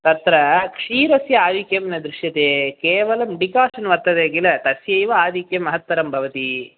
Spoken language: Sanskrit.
तत्र क्षीरस्य आधिक्यं न दृश्यते केवलं डिकाक्षन् वर्तते किल तस्यैव आधिक्यं महत्तरं भवति